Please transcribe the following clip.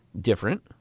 Different